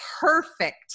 perfect